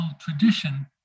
tradition